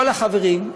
כל החברים,